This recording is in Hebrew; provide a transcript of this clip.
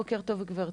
בוקר טוב, גברתי.